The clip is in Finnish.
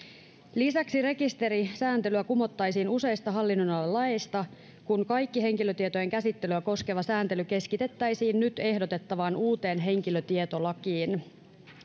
lisäksi rekisterisääntelyä kumottaisiin useista hallinnonalan laeista kun kaikki henkilötietojen käsittelyä koskeva sääntely keskitettäisiin nyt ehdotettavaan uuteen henkilötietolakiin